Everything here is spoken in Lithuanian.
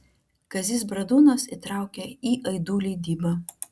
kazys bradūnas įtraukė į aidų leidybą